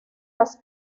las